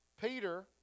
Peter